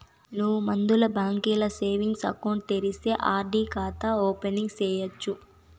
నువ్వు ముందల బాంకీల సేవింగ్స్ ఎకౌంటు తెరిస్తే ఆర్.డి కాతా ఓపెనింగ్ సేయచ్చు